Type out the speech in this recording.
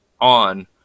on